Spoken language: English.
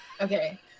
Okay